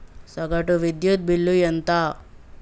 సగటు విద్యుత్ బిల్లు ఎంత?